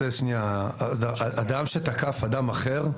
אדם שתקף אחד אחר,